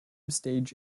stage